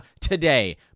today